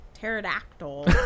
pterodactyl